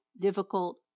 difficult